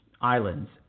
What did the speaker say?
Islands